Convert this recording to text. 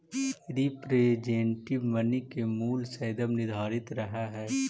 representative money के मूल्य सदैव निर्धारित रहऽ हई